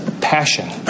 passion